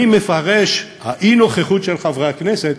אני מפרש האי-נוכחות של חברי הכנסת,